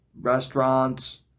restaurants